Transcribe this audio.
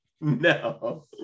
No